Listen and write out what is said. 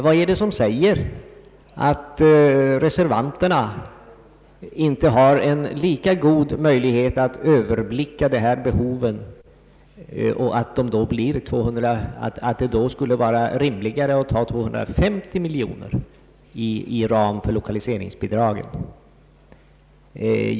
Vad är det som säger att reservanterna inte också nu har lika god möjlighet att överblicka dessa behov och att det då skulle vara rimligare med 250 miljoner kronor som ram för lokaliseringsbidragen?